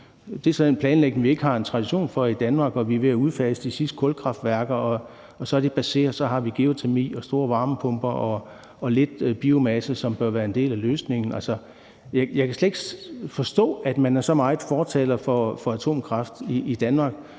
Det er så en planlægning, vi ikke har en tradition for i Danmark, og vi er ved at udfase de sidste kulkraftværker. Så er det passé, og så har vi geotermi og store varmepumper og lidt biomasse, som bør være en del af løsningen. Altså, jeg kan slet ikke forstå, at man er så meget fortaler for atomkraft i Danmark,